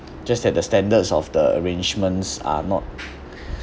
just that the standards of the arrangements are not